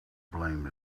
blame